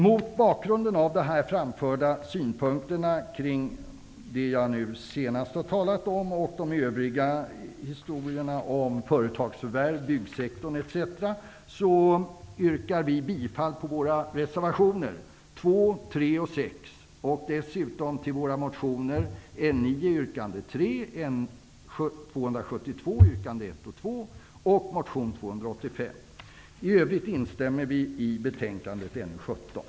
Mot bakgrund av de framförda synpunkterna yrkar jag bifall till Ny demokratis reservationer 2, 3 och 6 N272 yrkandena 1 och 2 och motion N285. I övrigt yrkar jag bifall till utskottets hemställan.